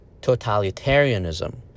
totalitarianism